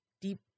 deep